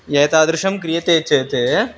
एतादृशं क्रियते चेत्